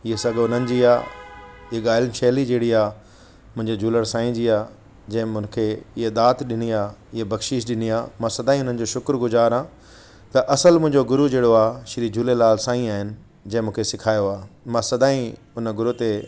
ईअ सघ हुननि जी आहे ईअं ॻाल्हि शैली जहिड़ी आहे मुंहिंजे झूलण साईं जी आहे जंहिं हुनखे ईअ दातु ॾिनी आहे ईअ बकशीश ॾिनी आहे मां सदा ई हुननि जो शुकर गुज़ार आहियां त असलु मुंहिंजो गुरू जहिड़ो आहे श्री झूलेलाल साईं आहिनि जंहिं मूंखे सिखायो आहे मां सदां ई हुन गुरूअ गुरूअ ते